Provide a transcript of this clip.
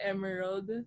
Emerald